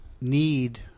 need